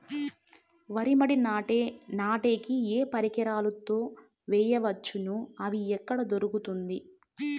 వరి మడి నాటే కి ఏ పరికరాలు తో వేయవచ్చును అవి ఎక్కడ దొరుకుతుంది?